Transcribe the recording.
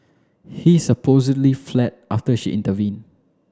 he supposedly fled after she intervened